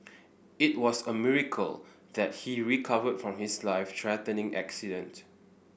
it was a miracle that he recovered from his life threatening accident